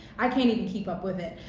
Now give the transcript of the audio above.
i can't even keep up with it,